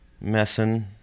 messing